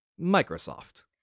Microsoft